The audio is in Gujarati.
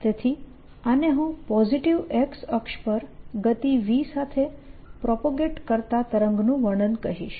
તેથી આને હું પોઝીટીવ X અક્ષ પર ગતિ v સાથે પ્રોપગેટ કરતા તરંગનું વર્ણન કહીશ